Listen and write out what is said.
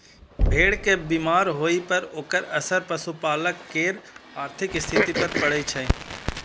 भेड़ के बीमार होइ पर ओकर असर पशुपालक केर आर्थिक स्थिति पर पड़ै छै